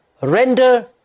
Render